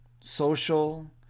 social